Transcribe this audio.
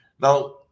Now